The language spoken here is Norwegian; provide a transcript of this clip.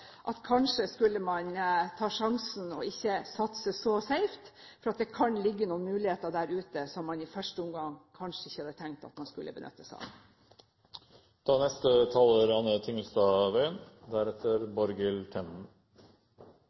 valg. Kanskje skulle man ta sjansen og ikke satse så safe, fordi det kan ligge noen muligheter der ute som man i første omgang kanskje ikke hadde tenkt at man skulle benytte seg av.